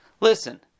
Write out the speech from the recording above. Listen